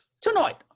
Tonight